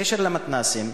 בקשר למתנס"ים,